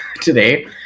today